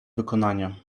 wykonania